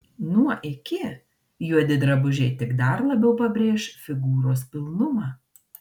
nuo iki juodi drabužiai tik dar labiau pabrėš figūros pilnumą